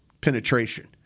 Penetration